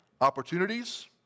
opportunities